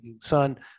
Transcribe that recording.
son